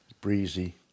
breezy